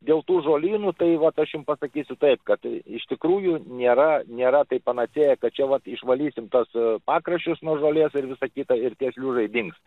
dėl tų žolynų tai vat aš jum pasakysiu taip kad iš tikrųjų nėra nėra tai panacėja kad čia vat išvalysim tuos pakraščius nuo žolės ir visą kitą ir tie šliužai dings